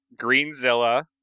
Greenzilla